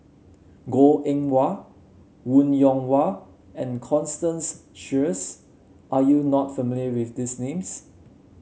Goh Eng Wah Wong Yoon Wah and Constance Sheares are you not familiar with these names